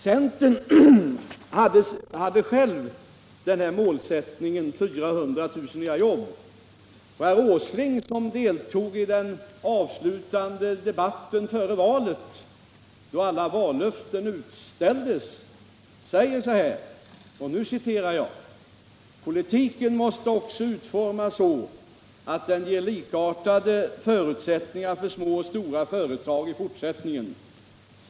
Centern hade målsättningen 400 000 nya jobb. Herr Åsling, som deltog i den avslutande debatten i TV före valet, då alla vallöften utställdes, sade: ”Politiken måste också utformas så att den ger likartade förutsättningar för små och stora företag i fortsättningen.